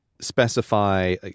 specify